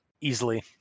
easily